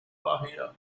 bahia